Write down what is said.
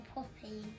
Poppy